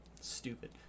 Stupid